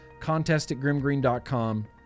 contestatgrimgreen.com